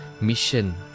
mission